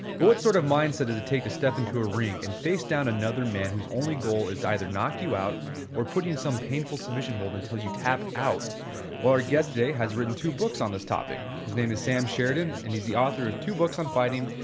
but what sort of mindset does it take to step into a ring and face down another man whose only goal is to either knock you out or put you in some painful submission hold until you tap out well, our guess today has written two books on this topic, his name is sam sheridan, and he's the author of two books on fighting,